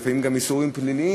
ולפעמים יש גם איסורים פליליים,